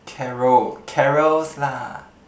carol carols lah